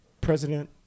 president